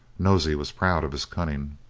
nosey was proud of his cunning.